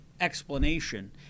explanation